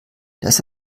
dass